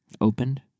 Opened